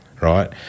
right